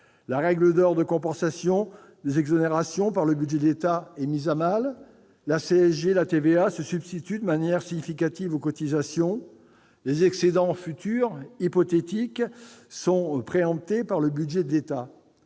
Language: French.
La règle d'or de la compensation des exonérations par le budget de l'État est mise à mal. La CSG et la TVA se substituent de manière significative aux cotisations. Les excédents futurs, hypothétiques, sont préemptés par le budget de l'État.